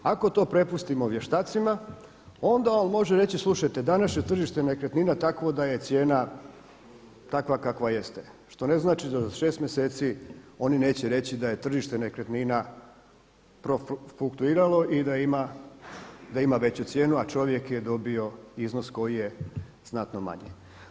Ako to prepustimo vještacima, onda on može reći slušajte današnje je tržište nekretnina takvo da je cijena takva kakva jeste što ne znači da za šest mjeseci oni neće reći da je tržište nekretnina profluktuiralo i da ima veću cijenu, a čovjek je dobio iznos koji je znatno manji.